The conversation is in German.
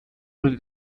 wurde